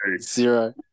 Zero